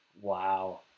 Wow